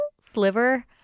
sliver